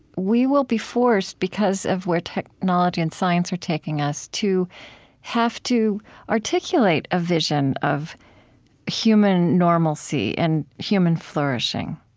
we will be forced, because of where technology and science are taking us, to have to articulate a vision of human normalcy and human flourishing.